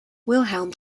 wilhelm